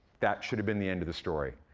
that should've been the end of the story.